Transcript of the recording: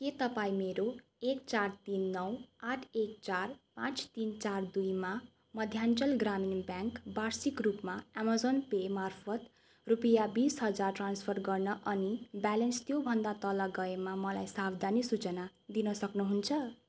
के तपाईँ मेरो एक चार तिन नौ आठ एक चार पाँच तिन चार दुईमा मध्याञ्चल ग्रामीण ब्याङ्क वार्षिक रूपमा अमाजन पे मार्फत् रुपियाँ बिस हजार ट्रान्सफर गर्न अनि ब्यालेन्स त्योभन्दा तल गएमा मलाई सावधानी सूचना दिन सक्नुहुन्छ